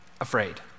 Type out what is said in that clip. afraid